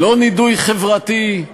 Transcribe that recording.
לא נידוי חברתי,